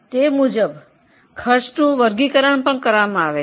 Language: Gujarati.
તે મુજબ ખર્ચનું વર્ગીકરણ પણ કરવામાં આવે છે